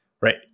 right